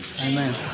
Amen